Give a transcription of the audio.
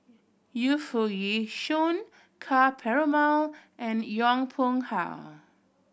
Yu Foo Yee Shoon Ka Perumal and Yong Pung How